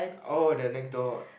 oh the next door